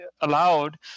allowed